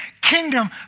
kingdom